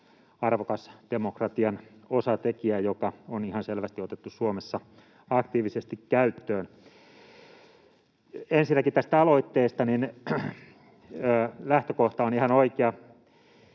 arvokas demokratian osatekijä, joka on ihan selvästi otettu Suomessa aktiivisesti käyttöön. Ensinnäkin tästä aloitteesta: Lähtökohta on ihan oikea.